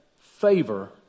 favor